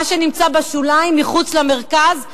מה שנמצא בשוליים, מחוץ למרכז,